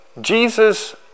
Jesus